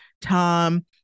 Tom